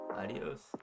adios